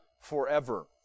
forever